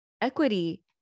Equity